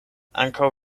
ankaŭ